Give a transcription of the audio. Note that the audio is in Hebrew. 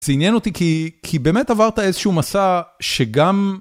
זה עניין אותי כי... כי באמת עברת איזשהו מסע שגם...